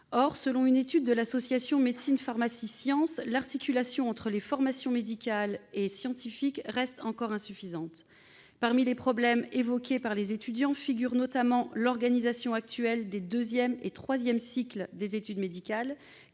Or, selon une étude de l'association Médecine Pharmacie Sciences, l'articulation entre les formations médicales et scientifiques reste insuffisante. Parmi les problèmes évoqués par les étudiants figure notamment l'organisation actuelle des deuxième et troisième cycles des études médicales,